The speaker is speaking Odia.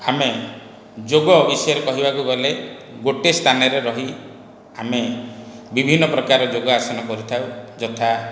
ଆମେ ଯୋଗ ବିଷୟରେ କହିବାକୁ ଗଲେ ଗୋଟିଏ ସ୍ଥାନରେ ରହି ଆମେ ବିଭିନ୍ନ ପ୍ରକାର ଯୋଗ ଆସନ କରିଥାଉ ଯଥା